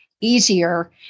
easier